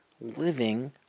living